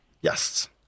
Yes